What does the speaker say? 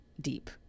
deep